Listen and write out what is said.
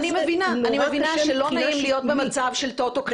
אני מבינה שלא נעים להיות במצב של "טוטו כליאה",